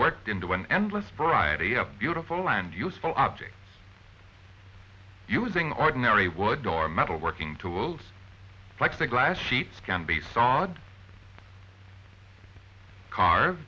worked into an endless variety of beautiful and useful objects using ordinary wood door metal working tools like the glass sheets can be sawed car